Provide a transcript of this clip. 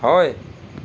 হয়